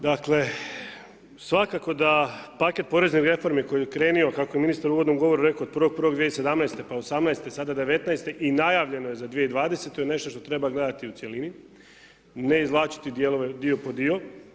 Dakle, svakako da paket poreznih reformi koji je krenuo kao je ministar u uvodnom govoru rekao od 1.1.2017., pa 2018.. sada '19. i najavljeno je za 2020. je nešto što treba gledati u cjelini i ne izvlačiti dio po dio.